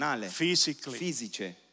Physically